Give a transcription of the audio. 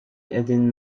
qegħdin